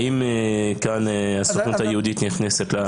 האם כאן הסוכנות היהודית נכנסת לתמונה?